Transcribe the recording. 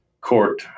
court